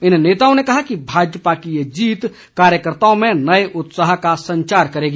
इन नेताओं ने कहा कि भाजपा की यह जीत कार्यकर्ताओं में नए उत्साह का संचार करेगी